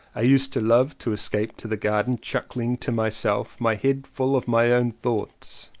i used to love to escape to the garden, chuckling to myself, my head full of my own thoughts.